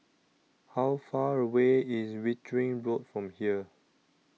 How Far away IS Wittering Road from here